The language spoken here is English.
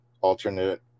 alternate